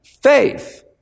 faith